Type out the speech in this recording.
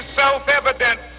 self-evident